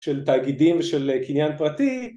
של תאגידים ושל קניין פרטי